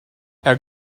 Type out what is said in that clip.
our